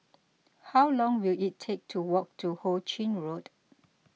how long will it take to walk to Ho Ching Road